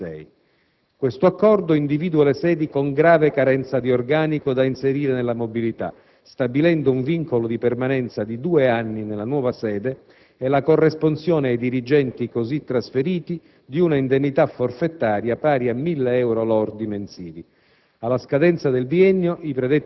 sottoscritto il 10 luglio 2006. Tale accordo individua le sedi con grave carenza di organico da inserire nella mobilità, stabilendo un vincolo di permanenza di due anni nella nuova sede e la corresponsione ai dirigenti così trasferiti di un'indennità forfettaria pari a 1.000 euro lordi mensili.